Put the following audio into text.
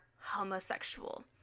homosexual